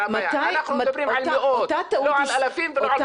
אנחנו מדברים על מאות, לא על אלפים ולא על בטיח.